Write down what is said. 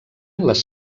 les